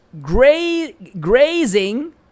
grazing